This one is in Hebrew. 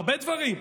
הרבה דברים.